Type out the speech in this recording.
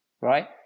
right